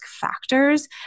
factors